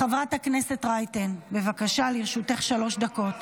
חברת הכנסת רייטן, בבקשה, לרשותך שלוש דקות.